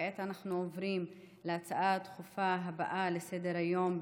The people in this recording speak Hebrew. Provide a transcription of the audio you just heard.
כעת אנחנו עוברים להצעה הדחופה הבאה לסדר-היום,